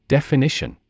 Definition